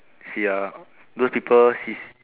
see ah those people sis~